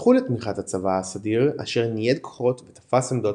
שזכו לתמיכת הצבא הסדיר אשר נייד כוחות ותפס עמדות